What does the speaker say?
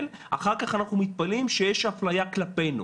אחר כך אנחנו מתפלאים שיש אפליה כלפינו.